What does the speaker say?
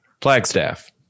Flagstaff